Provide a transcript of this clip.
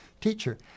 teacher